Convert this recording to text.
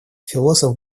философ